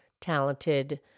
talented